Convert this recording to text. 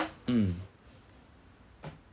mm